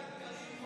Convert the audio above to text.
בסדר.